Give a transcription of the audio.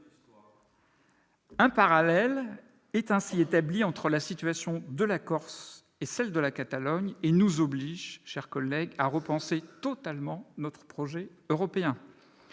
Un parallèle est ainsi établi entre la situation de la Corse et celle de la Catalogne et nous oblige à repenser totalement le projet européen.